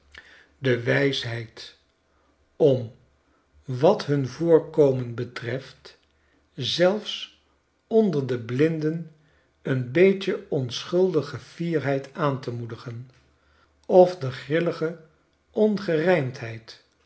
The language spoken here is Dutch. de wijsheid om wat hun voorkomen betreft zelfs onder de blinden een beetje onschuldige fierheid aan te moedigen of de grillige